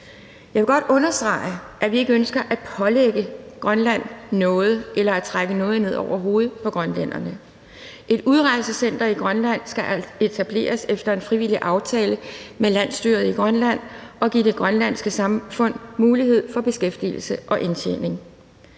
Jeg vil godt understrege, at vi ikke ønsker at pålægge Grønland noget eller at trække noget ned over hovedet på grønlænderne. Et udrejsecenter i Grønland skal etableres efter en frivillig aftale med landsstyret i Grønland og give det grønlandske samfund mulighed for beskæftigelse og indtjening.